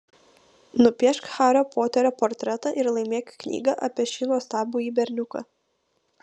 nupiešk hario poterio portretą ir laimėk knygą apie šį nuostabųjį berniuką